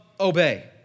Obey